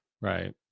right